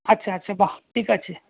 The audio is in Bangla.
আচ্ছা আচ্ছা বাহ ঠিক আছে